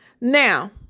now